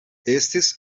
estis